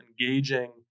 engaging